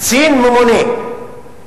"קצין ממונה רשאי,